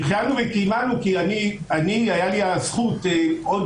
שהחיינו וקיימנו כי היתה לי הזכות עוד